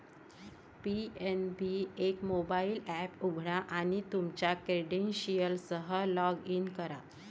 PNB एक mobile app उघडा आणि तुमच्या क्रेडेन्शियल्ससह लॉग इन करा